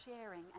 sharing